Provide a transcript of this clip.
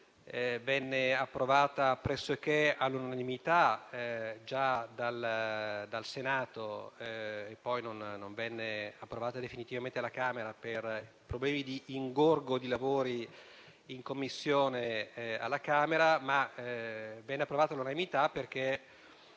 venne approvata pressoché all'unanimità dal Senato e poi non venne approvata definitivamente dalla Camera per problemi di ingorgo dei lavori in Commissione. Venne approvata all'unanimità perché